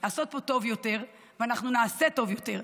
לעשות פה טוב יותר, ואנחנו נעשה טוב יותר.